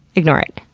ignore it.